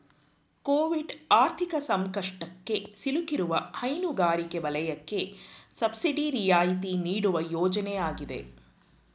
Covid ಆರ್ಥಿಕ ಸಂಕಷ್ಟಕ್ಕೆ ಸಿಲುಕಿರುವ ಹೈನುಗಾರಿಕೆ ವಲಯಕ್ಕೆ ಸಬ್ಸಿಡಿ ರಿಯಾಯಿತಿ ನೀಡುವ ಯೋಜನೆ ಆಗಿದೆ